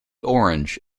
orange